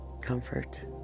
comfort